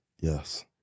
Yes